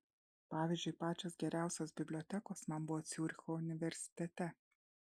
pavyzdžiui pačios geriausios bibliotekos man buvo ciuricho universitete